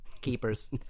keepers